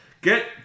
get